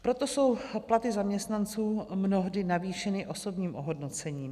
Proto jsou platy zaměstnanců mnohdy navýšeny osobním ohodnocením.